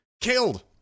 killed